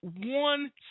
one